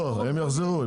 הם יחזרו.